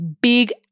big